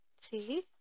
See